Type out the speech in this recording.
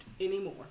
anymore